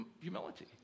Humility